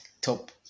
Top